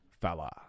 fella